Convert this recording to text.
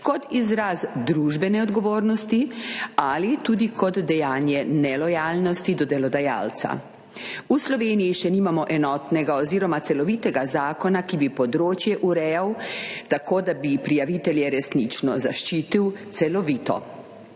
kot izraz družbene odgovornosti ali kot dejanje nelojalnosti do delodajalca. V Sloveniji še nimamo enotnega oziroma celovitega zakona, ki bi področje urejal tako, da bi prijavitelje resnično zaščitil celovito.